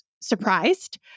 surprised